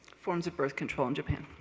forms of birth control in japan.